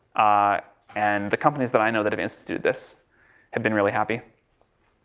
ah and the companies that i know that have instituted this have been really happy.